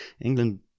England